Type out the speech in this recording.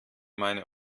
meine